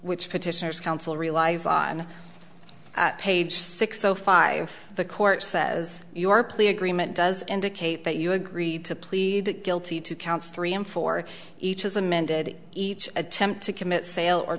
which petitioners counsel relies on page six o five the court says your plea agreement does indicate that you agreed to plead guilty to counts three m for each as amended each attempt to commit sale or